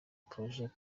projet